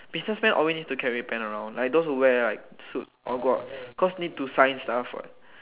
businessman always need to carry pen around like those wear like suit all go out cause need to sign stuff what